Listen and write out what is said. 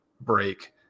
break